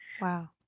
Wow